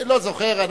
לא זוכר.